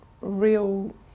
real